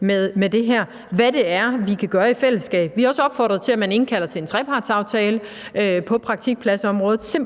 med det her – hvad det er, vi kan gøre i fællesskab. Vi har også opfordret til, at man indkalder til en trepartsaftale på praktikpladsområdet,